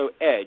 EDGE